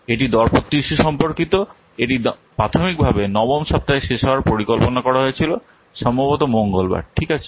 এটি দরপত্র ইস্যু সম্পর্কিত এটি প্রাথমিকভাবে নবম সপ্তাহে শেষ হওয়ার পরিকল্পনা করা হয়েছিল সম্ভবত মঙ্গলবার ঠিক আছে